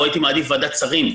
או הייתי מעדיף ועדת שרים,